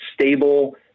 stable